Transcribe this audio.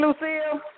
Lucille